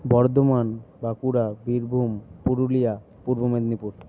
Bardhaman Bankura Birbhum Purulia Purba Medinipur